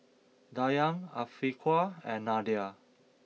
Dayang Afiqah and Nadia